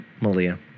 Malia